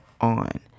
on